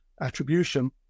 attribution